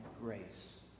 grace